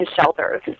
shelters